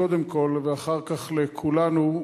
קודם כול,